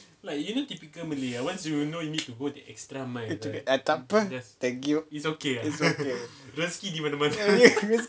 gitu gitu tak apa ah thank you it's okay